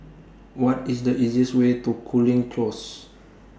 What IS The easiest Way to Cooling Close